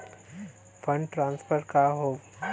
Fund transfer का हव?